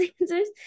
answers